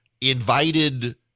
invited